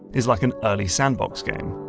is like an early sandbox game.